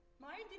my